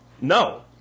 no